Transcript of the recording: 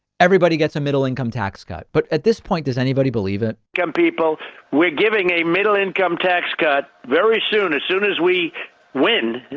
everybody gets a middle income tax cut. but at this point, does anybody believe it? can people we're giving a middle income tax cut very soon. as soon as we win.